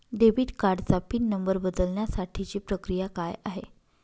Debit कार्डचा pin number बदलण्यासाठीची प्रक्रिया काय आहे?